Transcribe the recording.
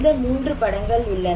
இந்த மூன்று படங்கள் உள்ளன